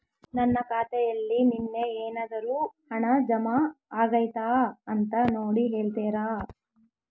ನನ್ನ ಖಾತೆಯಲ್ಲಿ ನಿನ್ನೆ ಏನಾದರೂ ಹಣ ಜಮಾ ಆಗೈತಾ ಅಂತ ನೋಡಿ ಹೇಳ್ತೇರಾ?